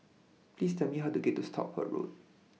Please Tell Me How to get to Stockport Road